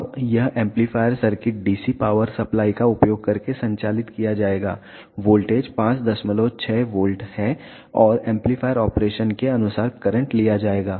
अब यह amplifier circuit DC power supply का उपयोग करके संचालित किया जाएगा वोल्टेज 56 वोल्ट है और एम्पलीफायर ऑपरेशन के अनुसार करंट लिया जाएगा